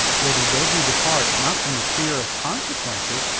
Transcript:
yet he bade me depart not from the fear of consequences,